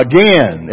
Again